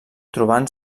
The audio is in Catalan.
trobant